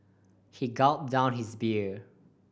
he gulped down his beer